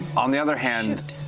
on the other hand,